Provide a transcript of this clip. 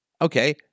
Okay